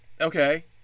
Okay